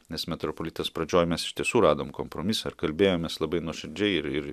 nes metropolitas pradžioj mes iš tiesų radom kompromisą ir kalbėjomės labai nuoširdžiai ir ir